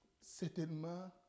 Certainement